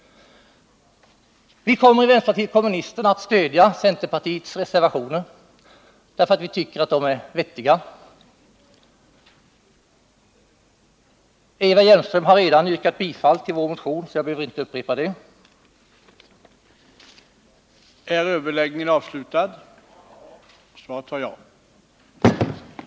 Vi från vänsterpartiet kommunisterna kommer att stödja centerpartiets reservationer, därför att vi tycker att de är vettiga. Eva Hjelmström har redan yrkat bifall till vår motion, så jag behöver inte upprepa detta yrkande.